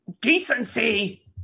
decency